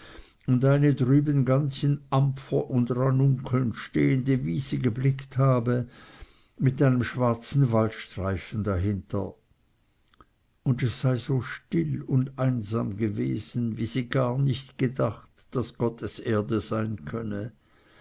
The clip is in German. und eine drüben ganz in ampfer und ranunkeln stehende wiese geblickt habe mit einem schwarzen waldstreifen dahinter und es sei so still und einsam gewesen wie sie gar nicht gedacht daß gottes erde sein könne